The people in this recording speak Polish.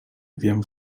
wiem